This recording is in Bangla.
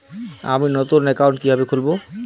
আমি নতুন অ্যাকাউন্ট কিভাবে খুলব?